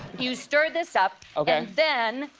you stir this up. okay. and then,